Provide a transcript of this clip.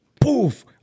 poof